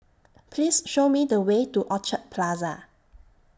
Please Show Me The Way to Orchard Plaza